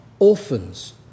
Orphans